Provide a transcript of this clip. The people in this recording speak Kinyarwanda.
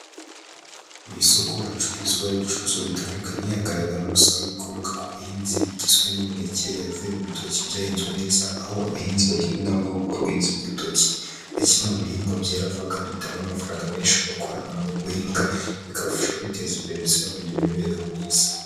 Mu isoko hacururizwa ibicuruzwa bitandukanye, hagaragara umusaruro w'ibikomoka ku buhinzi, bigizwe n'imineke yavuye mu bitoki byahinzwe neza, aho abahinzi bagirwa inama yo gukora ubuhinzi bw'urutoki, nka kimwe mu bihingwa byera vuba, kandi bitanga amafaranga menshi bakora mu guhinga, bikabafasha kwiteza imbere ndetse no kugira imibereho myiza.